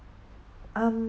um